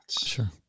sure